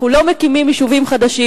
אנחנו לא מקימים יישובים חדשים.